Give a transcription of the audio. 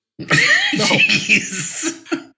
Jeez